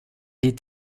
est